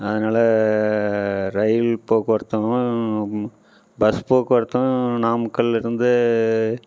அதனால ரயில் போக்குவரத்தும் பஸ் போக்குவரத்தும் நாமக்கலில் இருந்து